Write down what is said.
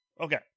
Okay